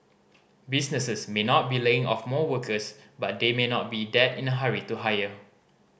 businesses may not be laying off more workers but they may not be that in a hurry to hire